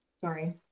Sorry